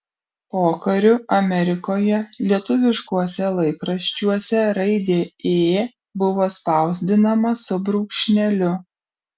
pokariu amerikoje lietuviškuose laikraščiuose raidė ė buvo spausdinama su brūkšneliu